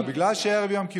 אדרבה, בגלל שערב יום כיפור,